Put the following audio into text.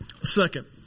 Second